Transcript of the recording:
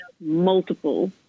multiple